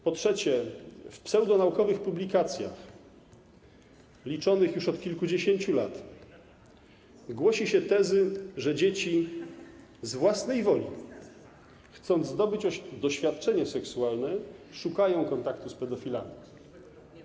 Po trzecie, w pseudonaukowych publikacjach już od kilkudziesięciu lat głosi się tezy, że dzieci z własnej woli, chcąc zdobyć doświadczenie seksualne, szukają kontaktu z pedofilami.